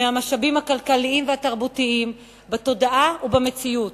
מהמשאבים הכלכליים והתרבותיים בתודעה ובמציאות,